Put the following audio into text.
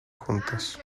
juntas